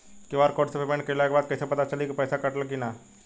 QR code से payment कईला के बाद कईसे पता चली की पैसा कटल की ना?